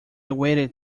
waited